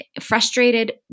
frustrated